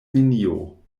nenio